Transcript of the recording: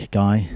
guy